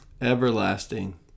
everlasting